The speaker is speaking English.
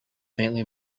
faintly